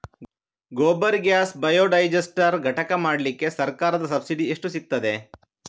Gobar gas biodigester ಘಟಕ ಮಾಡ್ಲಿಕ್ಕೆ ಸರ್ಕಾರದ ಸಬ್ಸಿಡಿ ಎಷ್ಟು ಸಿಕ್ತಾದೆ?